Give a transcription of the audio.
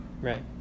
Right